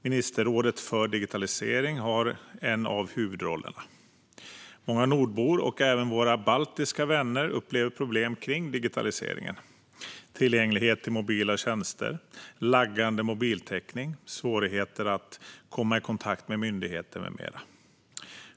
Ministerrådet för digitalisering har en av huvudrollerna. Många nordbor och även våra baltiska vänner upplever problem kring digitaliseringen. Det gäller tillgänglighet till mobila tjänster, laggande mobiltäckning, svårigheter att komma i kontakt med myndigheter med mera.